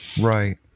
Right